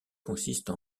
consiste